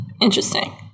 Interesting